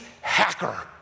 hacker